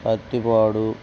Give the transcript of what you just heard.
Pattipadu